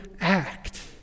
act